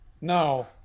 no